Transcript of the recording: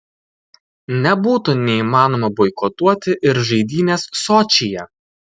nebūtų neįmanoma boikotuoti ir žaidynes sočyje